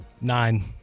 Nine